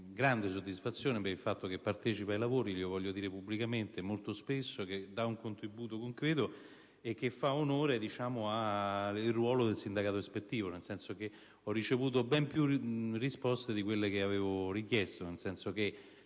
grande soddisfazione per il fatto che partecipa ai lavori (lo voglio dire pubblicamente), molto spesso dà un contributo concreto e fa onore al ruolo del sindacato ispettivo, nel senso che ho ricevuto più risposte di quelle che avevo richiesto. Per quanto